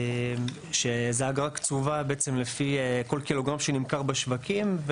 וזו אגרה קצובה לפי כל ק"ג שנמכר בשווקים,